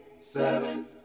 seven